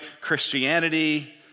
Christianity